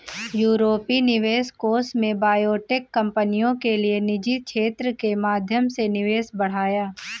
यूरोपीय निवेश कोष ने बायोटेक कंपनियों के लिए निजी क्षेत्र के माध्यम से निवेश बढ़ाया